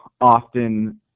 often